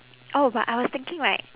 oh but I was thinking right